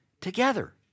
together